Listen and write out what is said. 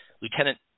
Lieutenant